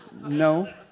no